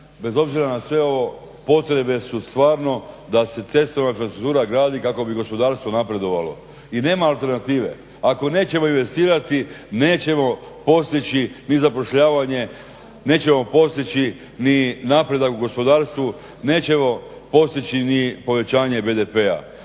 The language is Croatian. bez obzira na sve ovo potrebe su stvarno da se cestovna infrastruktura gradi kako bi gospodarstvo napredovalo. I nema alternative, ako nećemo investirati nećemo postići ni zapošljavanje, nećemo postići ni napredak u gospodarstvu, nećemo postići ni povećanje BDP-a.